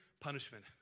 punishment